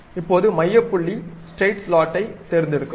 இப்போது மைய புள்ளி ஸ்ட்ரைட் ஸ்லாட்டைத் தேர்ந்தெடுக்கவும்